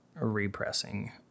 repressing